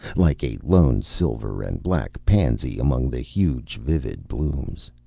like a lone silver-and-black pansy among the huge vivid blooms.